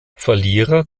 verlierer